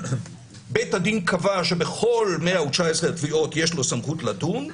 בית הדין קבע שבכל 119 התביעות יש לו סמכות לדון.